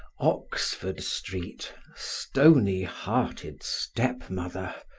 oxford street, stony-hearted step-mother!